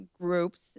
groups